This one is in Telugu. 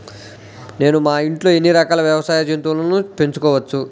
నేను మా ఇంట్లో ఎన్ని రకాల వ్యవసాయ జంతువులను పెంచుకోవచ్చు?